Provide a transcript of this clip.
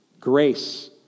grace